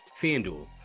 Fanduel